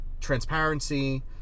transparency